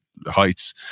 heights